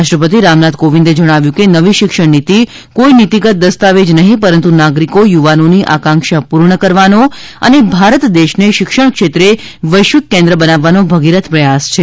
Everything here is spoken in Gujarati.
રાષ્ટ્રપતિ રામનાથ કોવિંદે જણાવ્યું હતું કે નવી શિક્ષણ નીતિ કોઈ નીતિગત દસ્તાવેજ નહીં પરંતુ નાગરિકો યુવાનોની આકાંક્ષા પૂર્ણ કરવાનો અને ભારત દેશને શિક્ષણ ક્ષેત્રેવૈશ્વિક કેન્દ્ર બનાવવાનો ભગીરથ પ્રયાસ છે